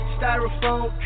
Styrofoam